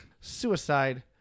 suicide